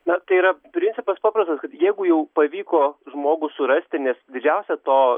na tai yra principas paprastas kad jeigu jau pavyko žmogų surasti nes didžiausia to